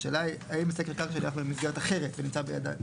השאלה האם סקר קרקע שנערך במסגרת אחרת ונמצא בידי,